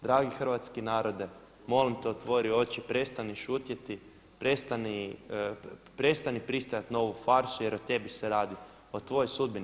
Dragi hrvatski narode molim te otvori oči, prestani šutjeti, prestani pristajat na ovu farsu jer o tebi se radi, o tvojoj sudbini.